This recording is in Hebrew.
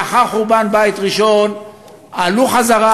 לאחר חורבן בית ראשון עלו חזרה,